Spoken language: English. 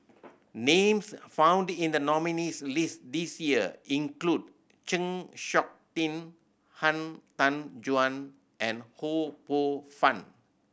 names found in the nominees' list this year include Chng Seok Tin Han Tan Juan and Ho Poh Fun